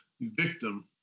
victim